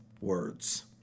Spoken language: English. words